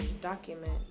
document